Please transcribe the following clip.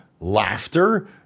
laughter